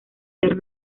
ser